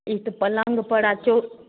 ई तऽ पलङ्ग पर आ चौ